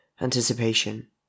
Anticipation